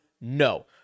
No